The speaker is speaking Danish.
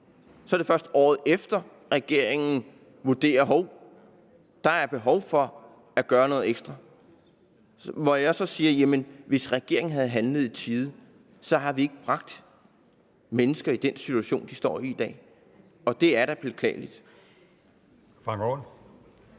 så er det først året efter, at regeringen vurderer, at, hov, der er behov for at gøre noget ekstra. Jeg siger, at hvis regeringen havde handlet i tide, havde vi ikke bragt mennesker i den situation, de står i i dag, og det er da beklageligt.